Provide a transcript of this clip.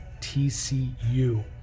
TCU